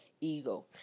ego